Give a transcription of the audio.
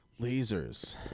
Lasers